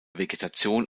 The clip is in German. vegetation